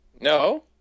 No